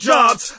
Jobs